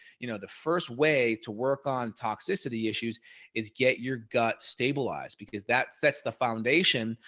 you know, the first way to work on toxicity issues is get your gut stabilized because that sets the foundation.